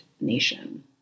nation